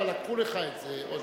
לא בושה, אבל לקחו לך את זה.